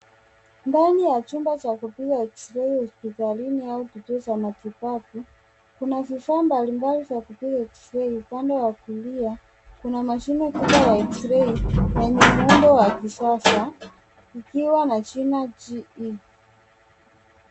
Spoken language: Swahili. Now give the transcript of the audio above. Ndani ya chumba kupiga eksrei hospitalini au kituo cha matibabu, kuna vifaa mbalimbali za kupiga eksrei. Upande wa kulia, kuna mashine kubwa ya eksrei yenye muundo wa kisasa ikiwa na jina GE.